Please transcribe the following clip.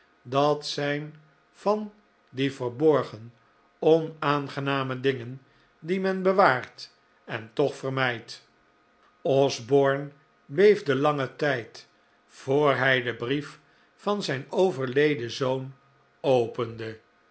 dat zijn van die verborgen onaangename dingen die men bewaart en toch vermijdt osborne beefde langen tijd voor hij den brief van zijn overleden zoon